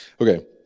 Okay